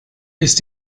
ist